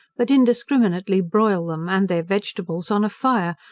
but indiscriminately broil them, and their vegetables, on a fire,